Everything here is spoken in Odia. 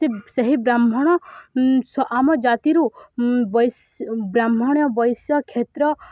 ସେ ସେହି ବ୍ରାହ୍ମଣ ଆମ ଜାତିରୁ ବ୍ରାହ୍ମଣ ବୈଶ୍ୟ କ୍ଷତ୍ରୀୟ